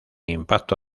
impacto